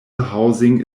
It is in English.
housing